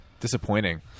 disappointing